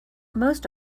most